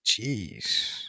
Jeez